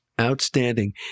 outstanding